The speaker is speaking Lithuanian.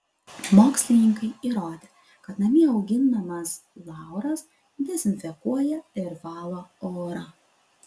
mokslininkai įrodė kad namie auginamas lauras dezinfekuoja ir valo orą